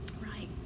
right